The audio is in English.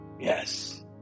yes